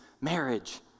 marriage